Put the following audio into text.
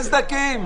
יש סדקים.